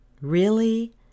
Really